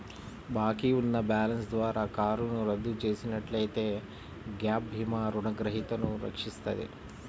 బాకీ ఉన్న బ్యాలెన్స్ ద్వారా కారును రద్దు చేసినట్లయితే గ్యాప్ భీమా రుణగ్రహీతను రక్షిస్తది